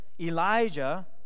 Elijah